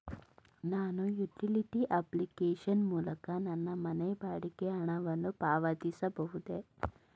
ನಾನು utility application ಮೂಲಕ ನನ್ನ ಮನೆ ಬಾಡಿಗೆ ಹಣವನ್ನು ಪಾವತಿಸಬಹುದೇ?